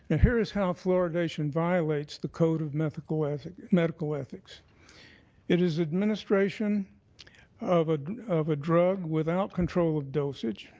ah here's how fluoridation violates the code of medical ethics medical ethics it is administration of ah of a drug without control of dosage,